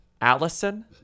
Allison